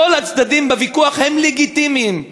כל הצדדים בוויכוח הם לגיטימיים.